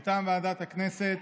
מטעם ועדת הכנסת.